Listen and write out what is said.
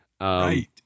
Right